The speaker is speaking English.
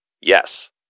Yes